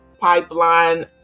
Pipeline